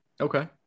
Okay